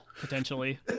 potentially